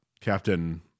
Captain